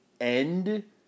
end